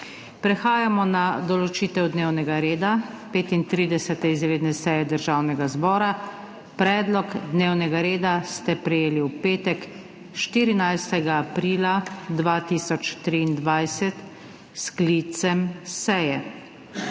Prehajamo na **določitev dnevnega reda** 35. izredne seje Državnega zbora. Predlog dnevnega reda ste prejeli v petek, 14. aprila 2023 s sklicem seje.